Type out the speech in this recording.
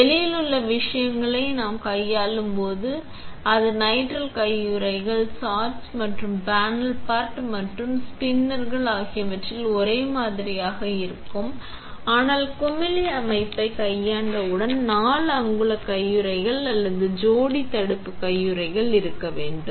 வெளியில் உள்ள விஷயங்களை நாம் கையாளும் போது அது நைட்ரைல் கையுறைகள் சாஷ் மற்றும் பேனல் பாட் மற்றும் ஸ்பின்னர்கள் ஆகியவற்றில் ஒரே மாதிரியாக இருக்கும் ஆனால் குமிழி அமைப்பைக் கையாண்டவுடன் 4 அங்குல கையுறைகள் அல்லது ஜோடி தடுப்பு கையுறைகள் இருக்க வேண்டும்